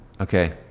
okay